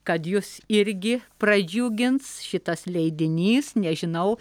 kad jus irgi pradžiugins šitas leidinys nežinau